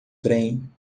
trem